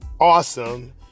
awesome